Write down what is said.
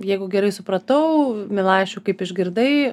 jeigu gerai supratau milašių kaip išgirdai